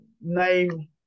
name